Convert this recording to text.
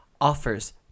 offers